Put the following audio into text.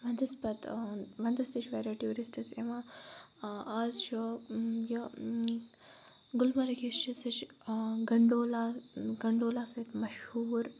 وَندَس پَتہٕ وَندَس تہِ چھِ واریاہ ٹورِسٹٕس یِوان آز چھُ یہِ گُلمرگ یُس چھُ سُہ چھُ گَنڈولا گَنڈولا سۭتۍ مَشہور